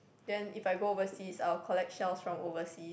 then if I go overseas I will collect shells from oversea